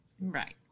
Right